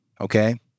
okay